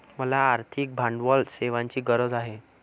मला आर्थिक भांडवल सेवांची गरज आहे